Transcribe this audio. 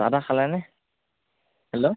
চাহ তাহ খালেনে হেল্ল'